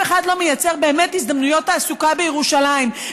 אף אחד לא מייצר באמת הזדמנויות תעסוקה בירושלים,